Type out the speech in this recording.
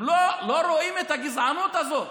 הם לא רואים את הגזענות הזאת,